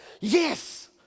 yes